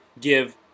give